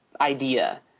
idea